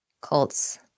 Colts